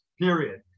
period